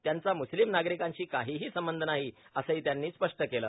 त्याचा मुस्लिम नागरीकांशी काहीही संबंधी नाही असं त्यांनी स्पष्ट केलं